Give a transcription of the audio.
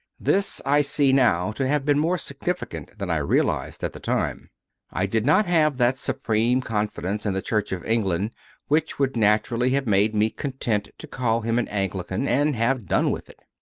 this i see now to have been more significant than i realized at the time i did not have that supreme confidence in the church of england which would naturally have made me content to call him an anglican and have done with it.